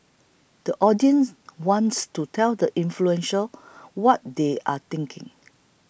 the audience wants to tell the influential what they are thinking